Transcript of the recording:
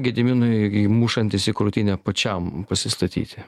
gediminui mušantis į krūtinę pačiam pasistatyti